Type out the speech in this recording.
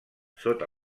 sota